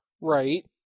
Right